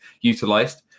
utilised